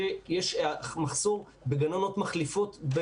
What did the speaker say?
שיש מחסור בגננות מחליפות,